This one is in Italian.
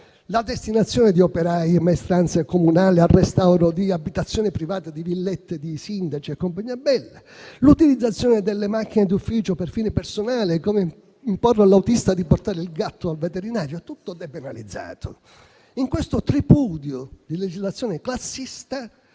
la destinazione di operai e maestranze comunali al restauro di abitazione privata, quali le villette di sindaci, l'utilizzo delle macchine d'ufficio per fine personale, come imporre all'autista di portare il gatto dal veterinario: tutto depenalizzato. In questo tripudio di legislazione classista